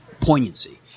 poignancy